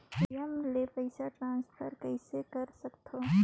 ATM ले पईसा transfer कइसे कर सकथव?